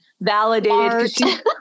validated